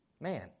Man